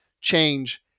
change